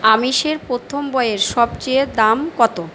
আমিষের প্রথম বইয়ের সবচেয়ে দাম কতো